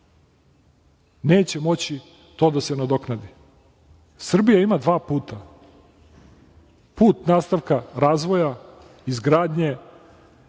Neće moći to da se nadoknadi. Srbija ima dva puta. Put nastavka razvoja, izgradnje